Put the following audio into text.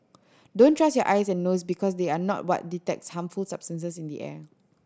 don't trust your eyes and nose because they are not what detects harmful substances in the air